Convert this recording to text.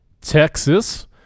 Texas